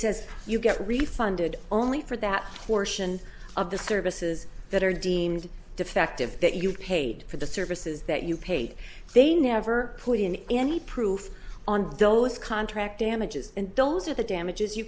says you get really funded only for that portion of the services that are deemed defective that you paid for the services that you paid they never put in any proof on those contract damages and those are the damages you